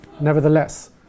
nevertheless